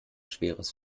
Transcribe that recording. schweres